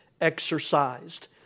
exercised